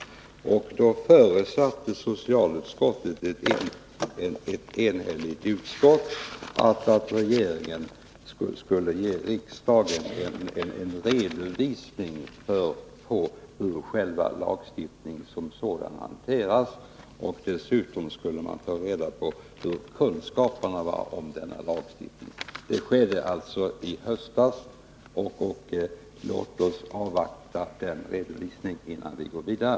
Socialutskottet förutsatte därför i sitt enhälliga betänkande att regeringen skulle ge riksdagen en redovisning för hur arbetsmiljölagstiftningen tillämpats samt redogöra för behovet av ytterligare insatser för bibringande av kunskaper om denna lagstiftning. Detta skedde alltså i höstas. Låt oss avvakta en sådan redovisning innan vi går vidare.